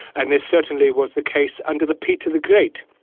and this certainly was the case under the peter the great,